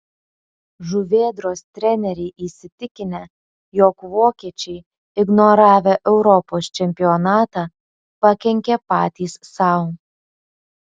žuvėdros treneriai įsitikinę jog vokiečiai ignoravę europos čempionatą pakenkė patys sau